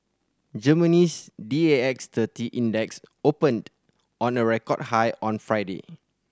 Germany's D A X thirty Index opened on a record high on Friday